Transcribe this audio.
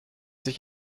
sich